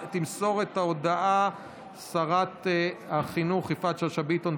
תמסור את ההודעה שרת החינוך יפעת שאשא ביטון.